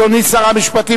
אדוני שר המשפטים,